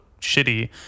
shitty